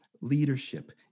leadership